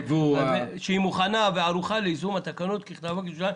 שהשר מוכן וערוך ליישום התקנות ככתבן וכלשונן.